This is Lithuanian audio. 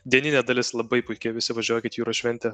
dieninė dalis labai puiki visi važiuokit į jūros šventę